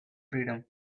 freedom